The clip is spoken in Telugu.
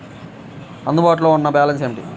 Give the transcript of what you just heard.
అందుబాటులో ఉన్న బ్యాలన్స్ ఏమిటీ?